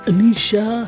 Anisha